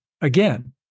again